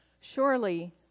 Surely